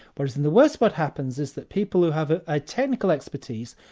whereas in the west what happens is that people who have a ah technical expertise,